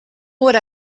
what